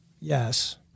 yes